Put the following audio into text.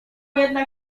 jednak